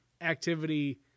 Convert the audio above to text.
activity